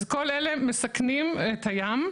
אז כל אלה מסכנים את הים,